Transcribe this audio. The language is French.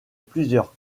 plusieurs